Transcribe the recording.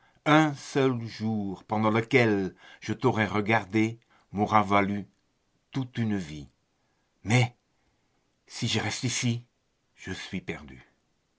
un seul jour pendant lequel je t'aurai regardé m'aura valu toute une vie mais si je reste ici je suis perdue